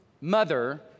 mother